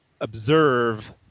Observe